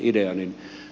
kysynkin